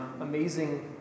amazing